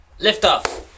liftoff